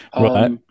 Right